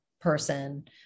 person